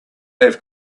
have